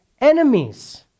enemies